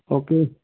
okay